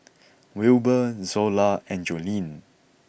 Wilber Zola and Joleen